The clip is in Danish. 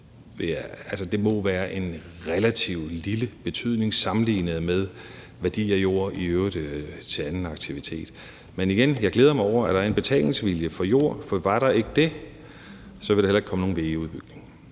altså være af en relativt lille betydning sammenlignet med værdien af jord i øvrigttil anden aktivitet. Men igen vil jeg sige, at jeg glæder mig over, at der er en betalingsvilje for jord. For var der ikke det, ville der heller ikke komme nogen VE-udbygning.